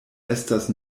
estas